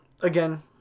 again